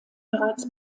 bereits